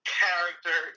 character